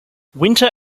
winter